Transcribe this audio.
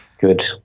Good